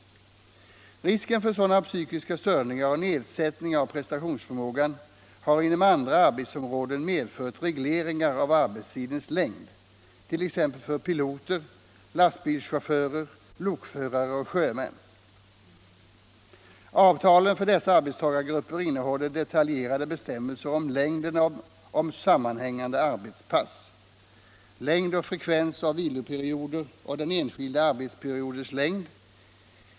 Risken för sådana psykiska störningar och nedsättning av prestationsförmågan har inom andra arbetsområden medfört regleringar av arbetstidens längd, t.ex. för piloter, lastbilschaufförer, lokförare och sjömän. Avtalen för dessa arbetstagargrupper innehåller detaljerade bestämmelser om längden av sam manhängande arbetspass, längd och frekvens av viloperioder och den enskilda arbetsperiodens längd.